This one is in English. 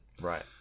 Right